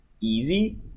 easy